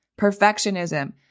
perfectionism